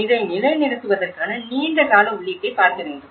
இதை நிலைநிறுத்துவதற்கான நீண்ட கால உள்ளீட்டைப் பார்க்க வேண்டும்